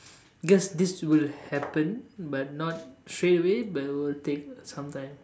cause this will happen but not straight away but it will take some time